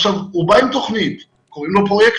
עכשיו הוא בא עם תכנית, קוראים לו פרויקטור.